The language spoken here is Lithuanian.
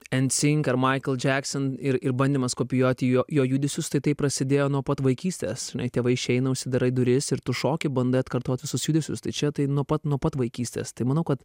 en cing ar michael jackson ir ir bandymas kopijuoti jo jo judesius tai tai prasidėjo nuo pat vaikystės žinai tėvai išeina užsidarai duris ir tu šoki bandai atkartot visus judesius tai čia tai nuo pat nuo pat vaikystės tai manau kad